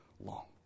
long